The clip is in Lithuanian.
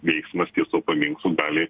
veiksmas ties tuo paminklu gali